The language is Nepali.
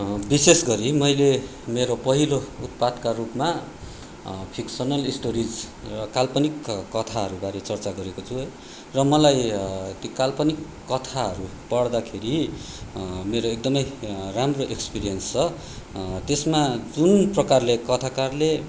विशेष गरी मैले मेरो पहिलो उत्पातका रूपमा फिक्सनल स्टोरिज काल्पनिक कथाहरूबारे चर्चा गरेको छु है र मलाई ती काल्पनिक कथाहरू पढ्दाखेरि मेरो एकदमै राम्रो एक्सपिरियेन्स छ त्यसमा जुन प्रकारले कथाकारले